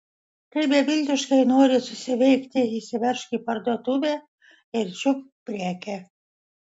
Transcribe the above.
kai beviltiškai nori susiveikti įsiveržk į parduotuvę ir čiupk prekę